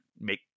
make